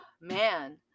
Man